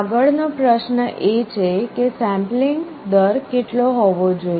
આગળનો પ્રશ્ન એ છે કે સેમ્પલિંગ દર કેટલો હોવો જોઈએ